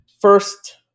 first